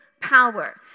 power